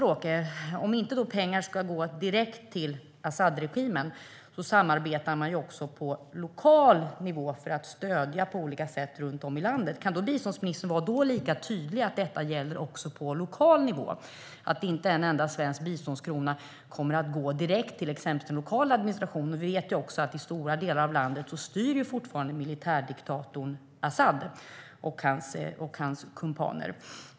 Även om pengar inte ska gå direkt till Asadregimen samarbetar man också på lokal nivå för att på olika sätt stödja runt om i landet. Kan biståndsministern vara lika tydlig med att detta gäller också på lokal nivå? Kommer inte en enda svensk biståndskrona att gå direkt till exempelvis lokal administration? Vi vet att militärdiktatorn Asad och hans kumpaner fortfarande styr i stora delar av landet.